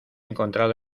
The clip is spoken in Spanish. encontrado